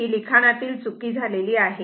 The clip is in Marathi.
ही लिखाणातील चुकी आहे